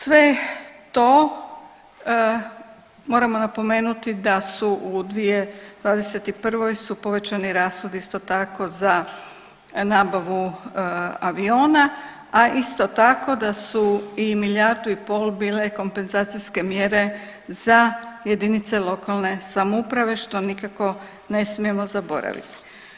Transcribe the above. Sve to moramo napomenuti da su u 2021. su povećani rashodi isto tako, za nabavu aviona, a isto tako, da su i milijardu i pol bile kompenzacijske mjere za jedinice lokalne samouprave što nikako ne smijemo zaboraviti.